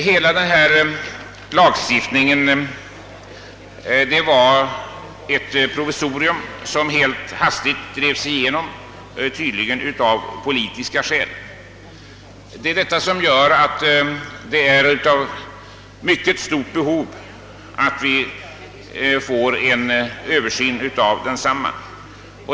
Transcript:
Hela denna lagstiftning var ett provisorium som drevs igenom helt hastigt, tydligen av politiska skäl. Därför är vi i stort behov av en översyn av densamma.